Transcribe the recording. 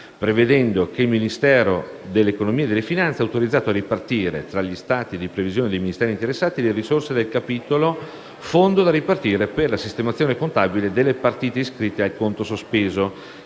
prevedendo che il Ministro dell'economia e delle finanze è autorizzato a ripartire, tra gli stati di previsione dei Ministeri interessati, le risorse del capitolo «Fondo da ripartire per la sistemazione contabile delle partite iscritte al conto sospeso»,